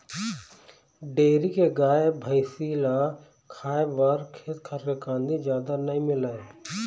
dairy के गाय, भइसी ल खाए बर खेत खार के कांदी जादा नइ मिलय